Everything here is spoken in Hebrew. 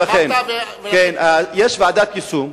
יש ועדת יישום,